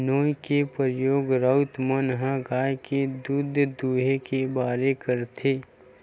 नोई के परियोग राउत मन ह गाय के दूद दूहें के बेरा करथे